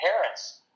parents